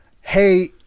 hey